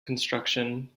construction